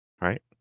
right